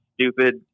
stupid